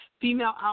Female